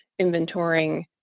inventorying